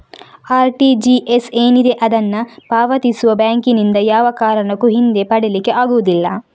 RTGS ಏನಿದೆ ಅದನ್ನ ಪಾವತಿಸುವ ಬ್ಯಾಂಕಿನಿಂದ ಯಾವ ಕಾರಣಕ್ಕೂ ಹಿಂದೆ ಪಡೀಲಿಕ್ಕೆ ಆಗುದಿಲ್ಲ